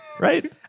Right